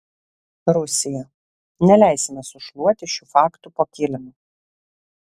rusija neleisime sušluoti šių faktų po kilimu